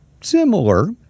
similar